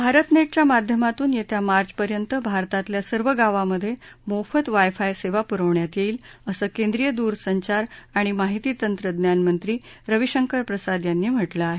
भारतनेट च्या माध्यमातून येत्या मार्चपर्यंत भारतातल्या सर्व गावांमधे मोफत वाय फाय सेवा पुरवण्यात येईल असं केंद्रीय दूरसंचार आणि माहिती तंत्रज्ञान मंत्री रवीशंकर प्रसाद यांनी म्हटलं आहे